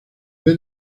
vez